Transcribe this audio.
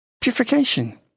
Purification